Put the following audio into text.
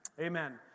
Amen